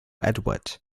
edward